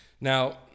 Now